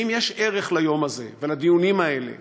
כי אם יש ערך ליום הזה, ולדיונים האלה,